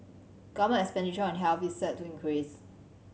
government expenditure on health is set to increase